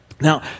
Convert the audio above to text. Now